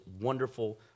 wonderful